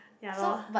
ya lor